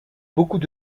beaucoup